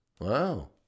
Wow